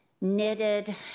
knitted